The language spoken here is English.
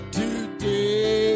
today